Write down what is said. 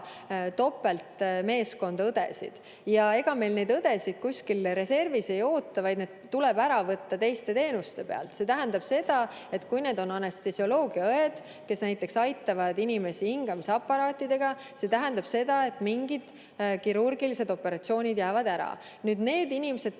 topeltmeeskonda õdesid. Ega meil õdesid kuskil reservis ei oota, need inimesed tuleb ära võtta teiste teenuste pealt. See tähendab seda, et kui need on anestesioloogiaõed, kes aitavad inimesi hingamisaparaatidega, siis mingid kirurgilised operatsioonid jäävad ära ja neid vajavad inimesed